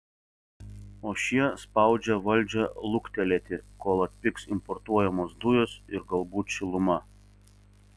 o šie spaudžia valdžią luktelėti kol atpigs importuojamos dujos ir galbūt šiluma